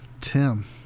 Tim